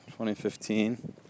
2015